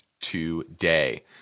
today